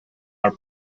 are